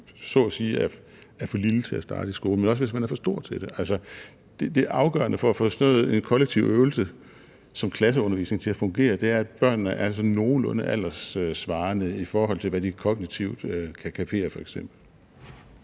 så at sige, er for lille til at starte i skole, men også, hvis man er for stor til det. Det afgørende for at få en kollektiv øvelse som klasseundervisning til at fungere er, at børnene er nogenlunde alderssvarende, i forhold til hvad de kognitivt kan kapere